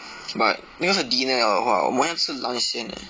but 那个是 dinner 了的话我们要吃 lunch 先 eh